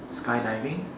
sky diving